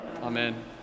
Amen